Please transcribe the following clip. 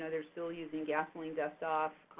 ah they're still using gasoline dust-off,